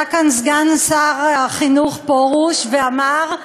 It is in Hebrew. עלה כאן סגן שר החינוך פרוש ואמר,